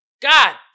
God